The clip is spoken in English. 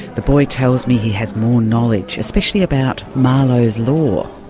the boy tells me he has more knowledge, especially about malo's law.